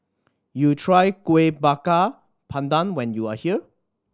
you try Kueh Bakar Pandan when you are here